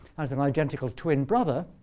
has an identical twin brother.